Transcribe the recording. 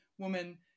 woman